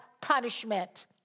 punishment